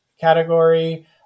category